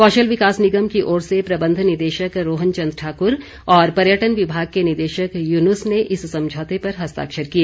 कौशल विकास निगम की ओर से प्रबंध निदेशक रोहन चंद ठाकुर और पर्यटन विभाग के निदेशक युनूस ने इस समझौते पर हस्ताक्षर किए